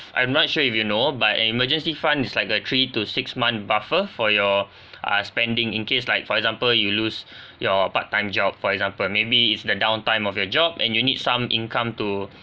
I'm not sure if you know but an emergency fund is like a three to six month buffer for your uh spending in case like for example you lose your part time job for example maybe is the downtime of your job and you need some income to